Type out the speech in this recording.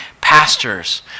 pastors